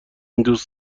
دوست